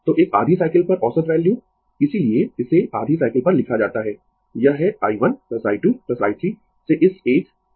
तो एक आधी साइकिल पर औसत वैल्यू इसीलिए इसे आधी साइकिल पर लिखा जाता है यह है i1 I2 i3 से इस एकn तक